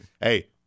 Hey